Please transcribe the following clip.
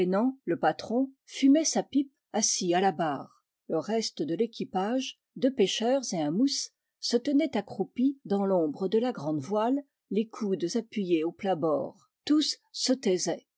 le patron fumait sa pipe assis à la barre le reste de l'équipage deux pêcheurs et un mousse se tenait accroupi dans l'ombre de la grande voile les coudes appuyés au plat-bord tous se taisaient